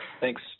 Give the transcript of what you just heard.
Thanks